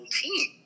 team